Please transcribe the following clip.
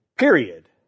period